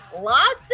lots